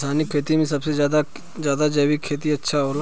रासायनिक खेती से ज्यादा जैविक खेती अच्छा होला